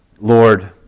Lord